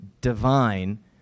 divine